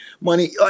money